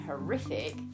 horrific